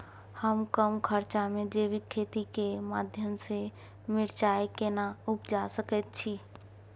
हम कम खर्च में जैविक खेती के माध्यम से मिर्चाय केना उपजा सकेत छी?